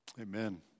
Amen